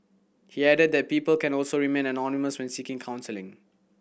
he added that people can also remain anonymous when seeking counselling